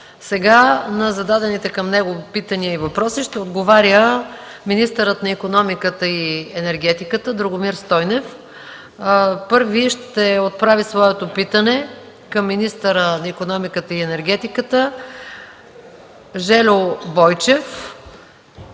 Сега на зададените питания и въпроси ще отговаря министърът на икономиката и енергетиката Драгомир Стойнев. Първи ще отправи своето питане към министъра на икономиката и енергетиката Жельо Бойчев